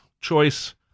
choice